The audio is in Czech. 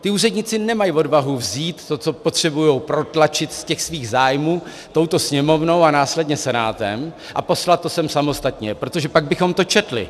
Ti úředníci nemají odvahu vzít to, co potřebují protlačit z těch svých zájmů touto Sněmovnou a následně Senátem, a poslat to sem samostatně, protože pak bychom to četli.